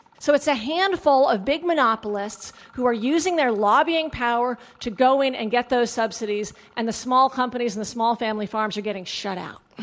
so it's a handful of big monopolists who are using their lobbying power to go in and get those subsidies and the small companies and the small family farms are getting shut out.